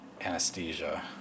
anesthesia